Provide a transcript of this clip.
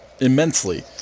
immensely